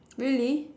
really